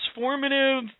transformative